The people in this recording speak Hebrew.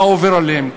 מה עובר עליהם,